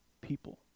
people